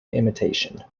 imitation